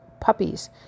puppies